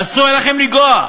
אסור היה לכם לגעת.